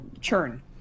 churn